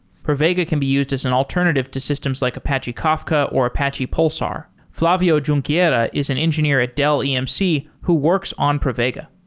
pravega can be used as an alternative to systems like apache kafka or apache pulsar. flavio junqueira um yeah but is an engineer at dell emc who works on pravega.